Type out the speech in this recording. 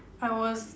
I was